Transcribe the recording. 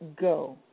go